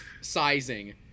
sizing